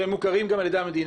שהם מוכרים גם על ידי המדינה.